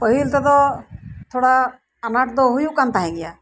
ᱯᱟᱦᱤᱞ ᱛᱮᱫᱚ ᱛᱷᱚᱲᱟ ᱟᱱᱟᱴ ᱫᱚ ᱦᱩᱭᱩᱜ ᱠᱟᱱ ᱛᱟᱦᱮᱸᱜ ᱜᱮᱭᱟ